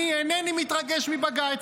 אני אינני מתרגש מבג"ץ,